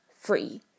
free